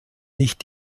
nicht